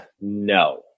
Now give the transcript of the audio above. no